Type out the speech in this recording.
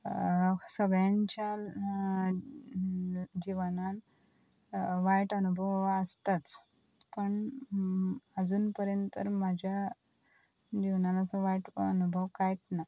सगळ्यांच्या जिवनान वायट अनुभव हो आसताच पण अजून पर्यंत तर म्हाज्या जिवनान असो वायट अनुभव कांयच ना